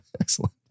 Excellent